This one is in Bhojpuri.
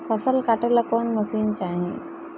फसल काटेला कौन मशीन चाही?